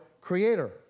Creator